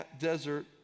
desert